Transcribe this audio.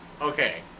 okay